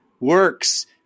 Works